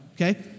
okay